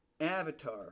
Avatar